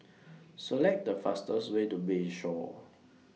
Select The fastest Way to Bayshore